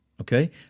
okay